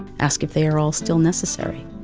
ask if they are all still necessary?